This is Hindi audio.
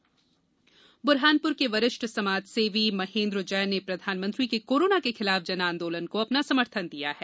जन आंदोलन ब्रहानपुर के वरिष्ठ समाजसेवी महेंद्र जैन ने प्रधानमंत्री के कोरोना के खिलाफ जन आंदोलन को अपना समर्थन दिया है